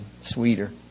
sweeter